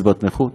קצבת נכות,